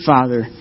Father